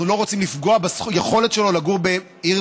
אנחנו לא רוצים לפגוע ביכולת שלו לגור בעיר